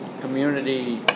community